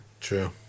true